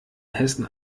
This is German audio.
hessen